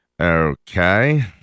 Okay